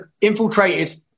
infiltrated